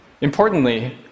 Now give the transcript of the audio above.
Importantly